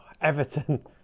Everton